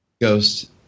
Ghost